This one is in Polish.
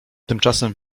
tymczasem